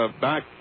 back